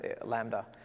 Lambda